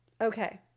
okay